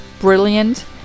brilliant